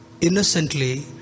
innocently